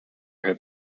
her